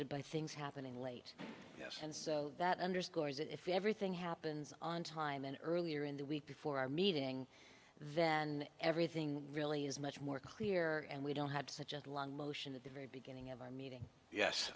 happening late yes and so that underscores if everything happens on time and earlier in the week before our meeting then everything really is much more clear and we don't have such a long motion at the very beginning of our meeting yes